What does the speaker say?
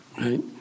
right